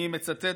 אני מצטט,